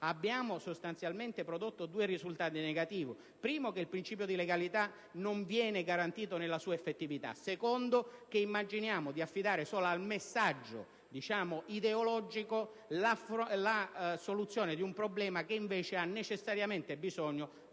abbiamo sostanzialmente prodotto due risultati negativi: il primo è che il principio di legalità non viene garantito nella sua effettività; il secondo è che immaginiamo di affidare solo al messaggio ideologico la soluzione di un problema, che invece ha necessariamente bisogno